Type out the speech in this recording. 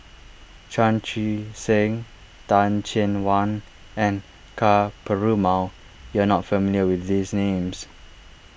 Chan Chee Seng Teh Cheang Wan and Ka Perumal you are not familiar with these names